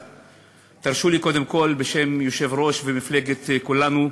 לי, קודם כול, בשם יושב-ראש מפלגת כולנו,